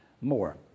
more